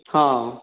ହଁ